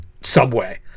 subway